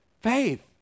faith